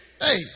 Hey